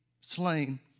slain